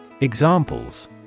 Examples